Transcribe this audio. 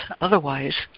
otherwise